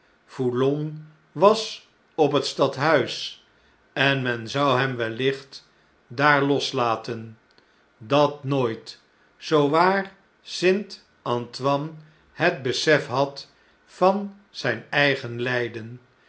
was op het stad huis en men zou hem wellicht daar loslaten i dat nooit zoo waar st a n t o i n e het besef had van zjjn eigen ljjden